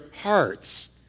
hearts